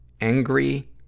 angry